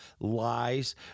lies